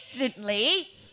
recently